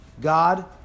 God